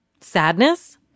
Sadness